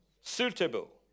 suitable